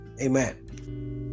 Amen